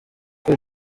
kwe